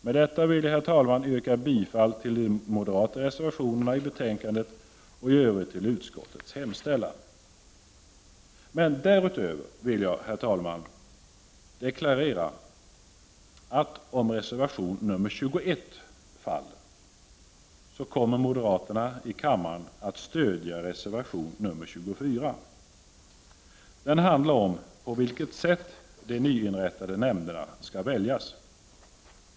Med detta vill jag, herr talman, yrka bifall till de moderata reservationerna i betänkandet och i övrigt till utskottets hemställan. Därutöver vill jag, herr talman, deklarera att om reservation nr 21 faller, kommer moderaterna i kammaren att stödja reservation nr 24. Den handlar om på vilket sätt de nyinrättade nämnderna skall väljas.